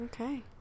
Okay